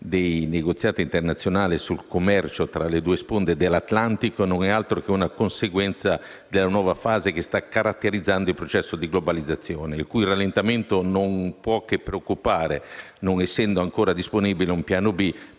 dei negoziati internazionale sul commercio tra le due sponde dell'Atlantico non è altro che una conseguenza della nuova fase che sta caratterizzando il processo di globalizzazione, il cui rallentamento non può che preoccupare, non essendo ancora disponibile un piano B